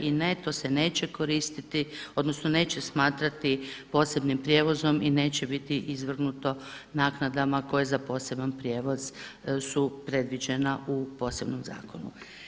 I ne to se neće koristiti, odnosno neće smatrati posebnim prijevozom i neće biti izvrgnuto naknadama koje za poseban prijevoz su predviđena u posebnom zakonu.